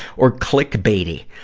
or click-baitey.